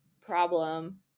problem